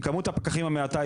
עם כמות הפקחים המעטה.